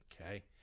Okay